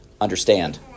understand